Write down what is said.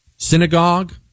Synagogue